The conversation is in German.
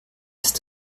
ist